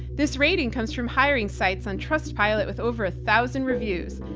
this rating comes from hiring sites on trustpilot with over a thousand reviews.